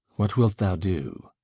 what wilt thou do?